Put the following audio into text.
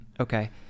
Okay